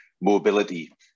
mobility